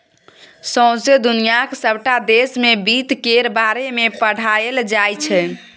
सौंसे दुनियाक सबटा देश मे बित्त केर बारे मे पढ़ाएल जाइ छै